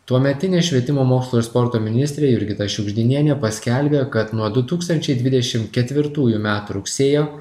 tuometinė švietimo mokslo ir sporto ministrė jurgita šiugždinienė paskelbė kad nuo du tūkstančiai dvidešim ketvirtųjų metų rugsėjo